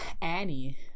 Annie